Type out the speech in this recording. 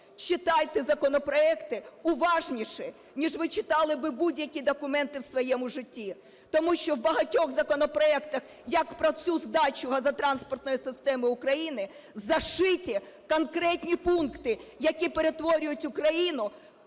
читайте законопроекти уважніше, ніж ви читали би будь-які документи в своєму житті. Тому що в багатьох законопроектах, як про цю здачу газотранспортної системи України, зашиті конкретні пункти, які перетворюють Україну